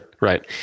right